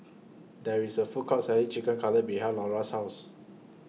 There IS A Food Court Selling Chicken Cutlet behind Lora's House